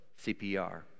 CPR